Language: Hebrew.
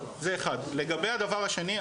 לגבי הדבר השני,